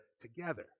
together